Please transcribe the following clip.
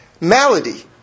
malady